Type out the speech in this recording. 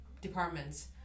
departments